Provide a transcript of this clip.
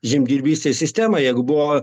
žemdirbystės sistema jeigu buvo